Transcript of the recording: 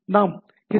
எனவே நாம் ஹெச்